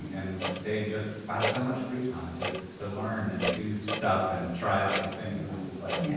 and they just have so much free time to to learn and do stuff and try out new things and i'm just like, yeah